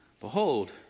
Behold